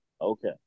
Okay